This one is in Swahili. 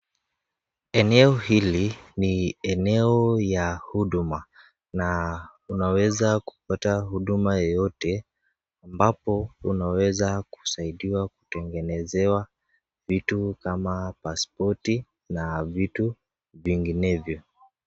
Eneo hili ni eneo ya huduma na unaweza kupata huduma yeyeto ambapo unaweza kusaidiwa kutengenezewa vitu kama passpoti na vitu vinginevyo.